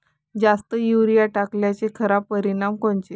जास्त युरीया टाकल्याचे खराब परिनाम कोनचे?